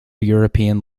european